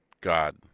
God